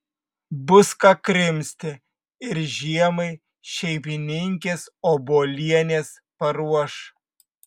bus ką krimsti ir žiemai šeimininkės obuolienės paruoš